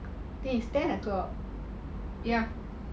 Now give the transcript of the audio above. it's ten o'clock ya